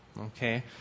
Okay